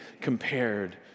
compared